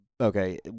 okay